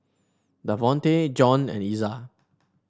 Davonte John and Iza